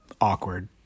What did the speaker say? awkward